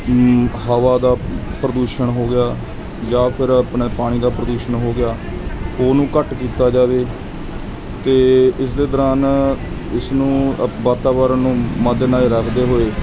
ਹਵਾ ਦਾ ਪ੍ਰਦੂਸ਼ਣ ਹੋ ਗਿਆ ਜਾਂ ਫੇਰ ਆਪਣੇ ਪਾਣੀ ਦਾ ਪ੍ਰਦੂਸ਼ਣ ਹੋ ਗਿਆ ਉਸਨੂੰ ਘੱਟ ਕੀਤਾ ਜਾਵੇ ਅਤੇ ਇਸ ਦੇ ਦੌਰਾਨ ਇਸ ਨੂੰ ਵਾਤਾਵਰਨ ਨੂੰ ਮੱਦੇਨਜ਼ਰ ਰੱਖਦੇ ਹੋਏ